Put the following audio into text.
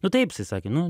nu taip jisai sakė nu